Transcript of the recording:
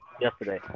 yesterday